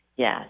Yes